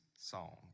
Song